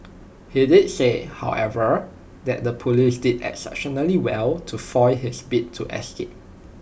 he did say however that the Police did exceptionally well to foil his bid to escape